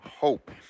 hope